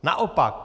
Naopak.